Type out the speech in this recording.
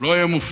לא אהיה מופתע.